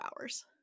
hours